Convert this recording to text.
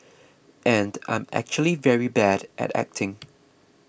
and I'm actually very bad at acting